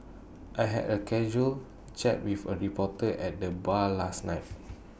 I had A casual chat with A reporter at the bar last night